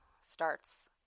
starts